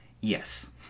Yes